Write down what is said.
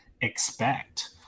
expect